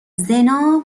زنا